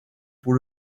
pour